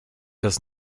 does